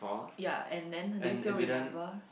ya and then do you still remember